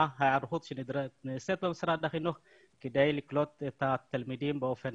לדעת מה ההיערכות שנעשית כדי לקלוט את התלמידים באופן